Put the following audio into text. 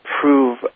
prove